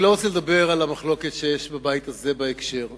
אני לא רוצה לדבר על המחלוקת שיש בבית הזה בהקשר הזה.